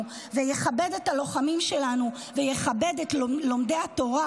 ויכבד את הלוחמים שלנו ויכבד את לומדי התורה,